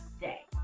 day